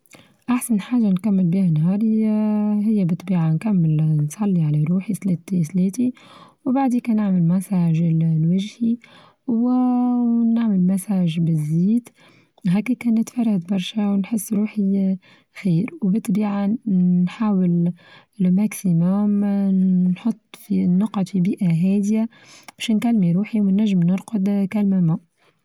أحسن حاچة نكمل بيها نهاري هي بطبيعة نكمل نصلي على روحي صلاة صلاتي وبعديكا نعمل مساچ لوجهي ونعمل مساج بالزيت هاكا كانت فرقت برشا ونحس روحي غير وبالطبيعة نحاول ماكسيمام نحط في النقط في بيئة هادية باش نكمي روحي ونچم نرقد كا للنوم.